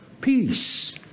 Peace